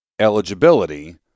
eligibility